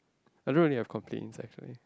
I don't really have complains actually